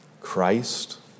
Christ